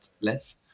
less